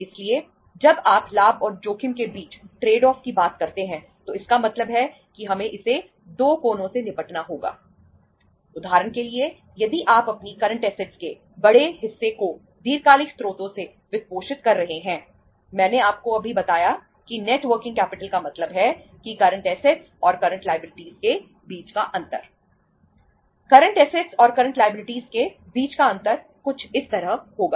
इसलिए जब आप लाभ और जोखिम के बीच ट्रेड ऑफ के बीच का अंतर कुछ इस तरह होगा